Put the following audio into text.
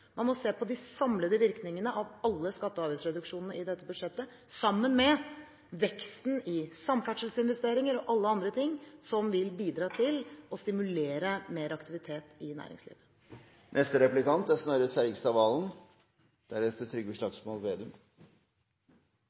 Man må se på de samlede virkningene av alle skatte- og avgiftsreduksjonene i dette budsjettet – sammen med veksten i samferdselsinvesteringer og alle andre ting som vil bidra til å stimulere til mer aktivitet i næringslivet. Det er